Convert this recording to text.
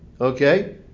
okay